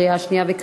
בקריאה שנייה.